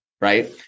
Right